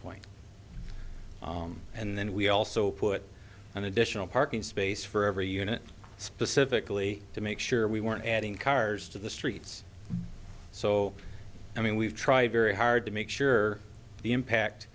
point and then we also put an additional parking space for every unit specifically to make sure we weren't adding cars to the streets so i mean we've tried very hard to make sure the impact